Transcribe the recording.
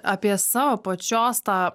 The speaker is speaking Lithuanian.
apie savo pačios tą